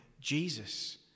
Jesus